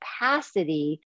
capacity